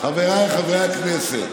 חבריי חברי הכנסת,